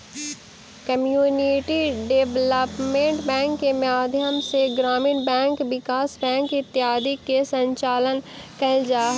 community development bank के माध्यम से ग्रामीण विकास बैंक इत्यादि के संचालन कैल जा हइ